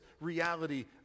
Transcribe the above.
reality